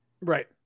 Right